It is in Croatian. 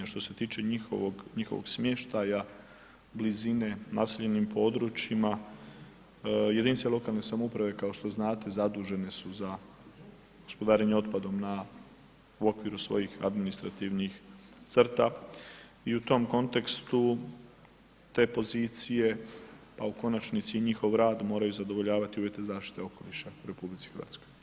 Što se tiče njihovog smještaja blizine naseljenim područjima, jedinice lokalne samouprave kao što znate zadužene su za gospodarenje otpadom na, u okviru svojih administrativnih crta i u tom kontekstu te pozicije, pa u konačnici i njihov rad moraju zadovoljavati uvjete zaštite okoliša u RH.